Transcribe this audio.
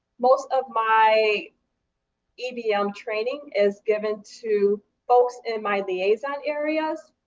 most of my ebm ah um training is given to folks in my liaison areas,